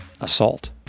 assault